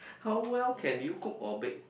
how well can you cook or bake